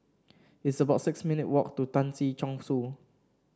it's about six minute walk to Tan Si Chong Su